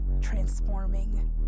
transforming